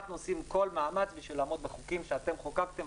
אנחנו עושים כל מאמץ בשביל לעמוד בחוקים שאתם חוקקתם,